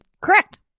Correct